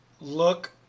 look